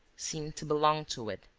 seemed to belong to it.